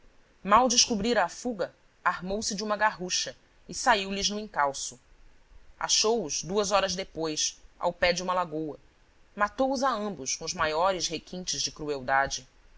mal descobrira a fuga armou-se de uma garrucha e saiu lhes no encalço achou-os duas horas depois ao pé de uma lagoa matou os a ambos com os maiores requintes de crueldade